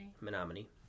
Menominee